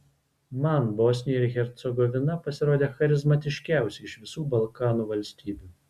man bosnija ir hercegovina pasirodė charizmatiškiausia iš visų balkanų valstybių